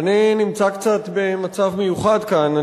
אני נמצא קצת במצב מיוחד כאן.